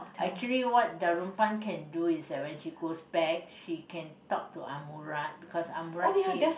actually what Darunpan can do is that when she goes back she can talk to Amurat because Amurat gave